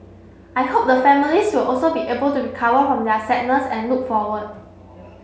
I hope the families will also be able to recover home their sadness and look forward